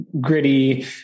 gritty